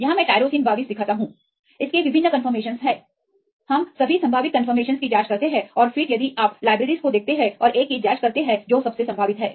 यहां मैं टायरोसिन 22 दिखाता हूं इसके विभिन्न कंफर्मेशनस हैं हम सभी संभावित कंफर्मेशनसकी जांच करते हैं और फिर यदि आप लाइब्रेरीज को देखते हैं और एक की जांच करते हैं जो सबसे संभावित है